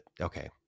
okay